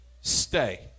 stay